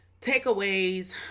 takeaways